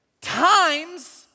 times